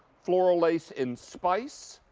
floral lace in spice.